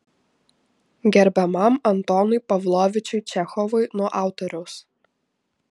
gerbiamam antonui pavlovičiui čechovui nuo autoriaus